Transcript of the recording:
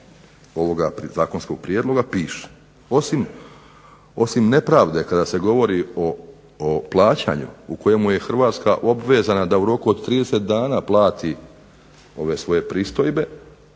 ovoga zakonskog prijedloga piše - osim nepravde kada se govori o plaćanju u kojemu je Hrvatska obvezana da u roku od 30 dana plati ove svoje pristojbe,